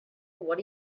what